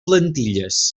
plantilles